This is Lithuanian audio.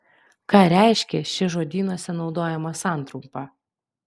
ką reiškia ši žodynuose naudojama santrumpa